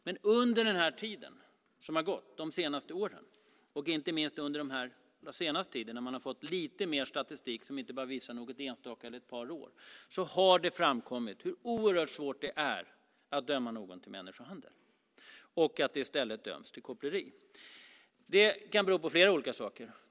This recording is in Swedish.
Men under de senaste åren, då man har fått mer statistik som inte bara visar enstaka år, har det framkommit hur oerhört svårt det är att döma någon för människohandel. I stället dömer man för koppleri. Det kan bero på flera olika saker.